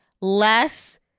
less